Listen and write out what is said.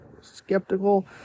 skeptical